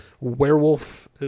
werewolf